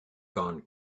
gone